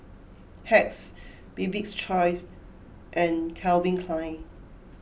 Hacks Bibik's Choice and Calvin Klein